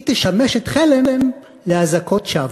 היא תשמש את חלם לאזעקות שווא.